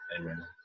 Amen